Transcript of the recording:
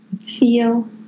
feel